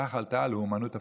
כך עלתה הלאומנות הפלסטינית,